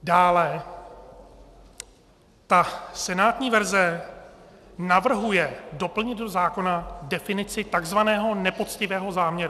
Dále, ta senátní verze navrhuje doplnit do zákona definici takzvaného nepoctivého záměru.